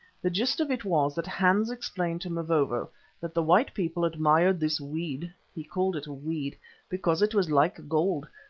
the gist of it was that hans explained to mavovo that the white people admired this weed he called it a weed because it was like gold,